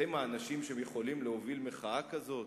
אתם האנשים שיכולים להוביל מחאה כזאת?